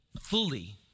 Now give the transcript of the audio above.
fully